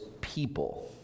people